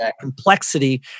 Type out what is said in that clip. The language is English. complexity